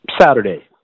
Saturday